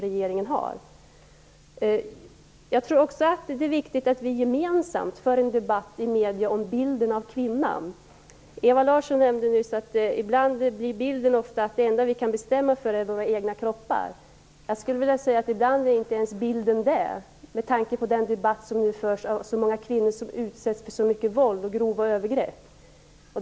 Det är också viktigt att vi gemensamt för en debatt om bilden av kvinnan i medierna. Ewa Larsson sade nyss att ofta förmedlas bilden av att det enda som vi kan bestämma över är våra egna kroppar. Ibland ges inte ens en sådan bild med tanke på hur många kvinnor som utsätts för våld och grova övergrepp.